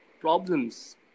problems